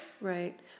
right